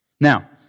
Now